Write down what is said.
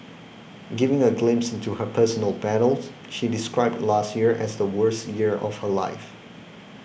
giving a glimpse into her personal battles she described last year as the worst year of her life